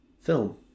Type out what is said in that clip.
film